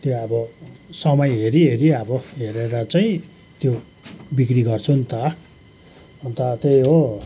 त्यो अब समय हेरिहेरि अब हेरेर चाहिँ त्यो बिक्री गर्छु नि त अन्त त्यही हो